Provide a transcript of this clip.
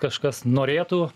kažkas norėtų